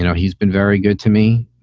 you know he's been very good to me.